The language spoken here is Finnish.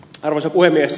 arvoisa puhemies